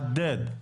הוא מבקש לחדד.